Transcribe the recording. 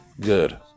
good